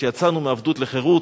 שיצאנו מעבדות לחירות,